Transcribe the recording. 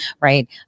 right